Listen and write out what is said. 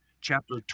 chapter